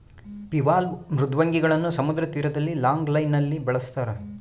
bivalve ಮೃದ್ವಂಗಿಗಳನ್ನು ಸಮುದ್ರ ತೀರದಲ್ಲಿ ಲಾಂಗ್ ಲೈನ್ ನಲ್ಲಿ ಬೆಳಸ್ತರ